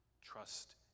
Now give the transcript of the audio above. Trust